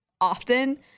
often